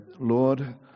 Lord